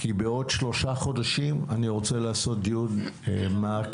כי בעוד שלושה חודשים אני רוצה לעשות דיון מעקב.